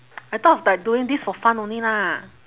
I thought of like doing this for fun only lah